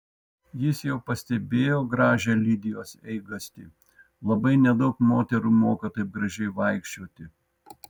jis jau pastebėjo gražią lidijos eigastį labai nedaug moterų moka taip gražiai vaikščioti